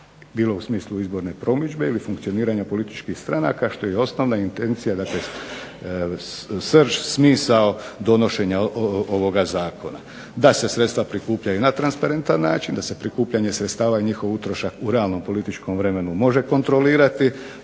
bilo u smislu izborne promidžbe ili funkcioniranja političkih stranaka što je i osnovna intencija, srž, smisao donošenja ovoga zakona, da se sredstva prikupljaju na transparentan način, da se prikupljanje sredstava i njihov utrošak u realnom političkom vremenu može kontrolirati.